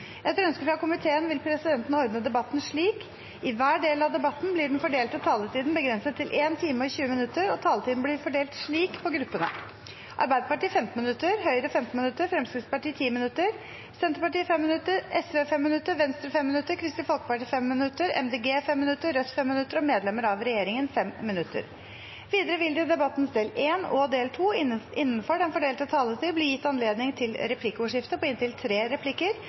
Etter ønske fra familie- og kulturkomiteen vil presidenten ordne debatten slik: I hver del av debatten blir den fordelte taletiden begrenset til 1 time og 20 minutter, og taletiden blir fordelt slik på gruppene: Arbeiderpartiet 15 minutter, Høyre 15 minutter, Fremskrittspartiet 10 minutter, Senterpartiet 5 minutter, Sosialistisk Venstreparti 5 minutter, Venstre 5 minutter, Kristelig Folkeparti 5 minutter, Miljøpartiet De Grønne 5 minutter, Rødt 5 minutter og medlemmer av regjeringen 5 minutter. Videre vil det i debattens del 1 og del 2 – innenfor den fordelte taletid – bli gitt anledning til inntil tre replikker